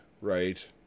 right